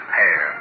hair